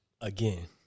Again